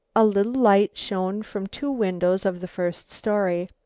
a little light shone from two windows of the first story.